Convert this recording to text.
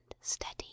steady